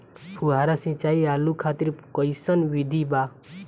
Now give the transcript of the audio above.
फुहारा सिंचाई आलू खातिर कइसन विधि बा?